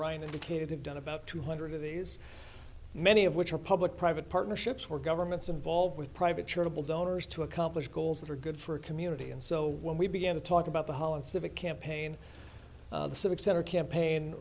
ryan indicated i've done about two hundred of these many of which are public private partnerships or governments involved with private charitable donors to accomplish goals that are good for a community and so when we began to talk about the holland civic campaign the civic center campaign